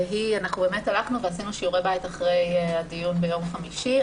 אנחנו עשינו שעורי בית אחרי הדיון ביום חמישי.